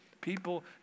People